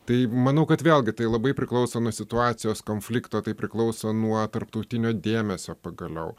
tai manau kad vėlgi tai labai priklauso nuo situacijos konflikto tai priklauso nuo tarptautinio dėmesio pagaliau